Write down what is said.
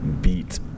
beat